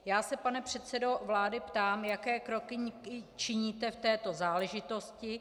Já se, pane předsedo vlády, ptám, jaké kroky činíte v této záležitosti.